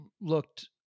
looked